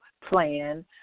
plan